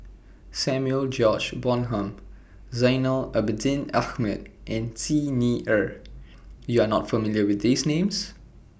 Samuel George Bonham Zainal Abidin Ahmad and Xi Ni Er YOU Are not familiar with These Names